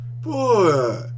Boy